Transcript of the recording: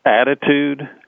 attitude